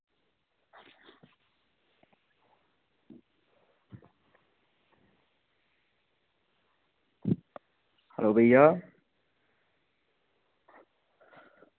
hello भैया